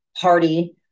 party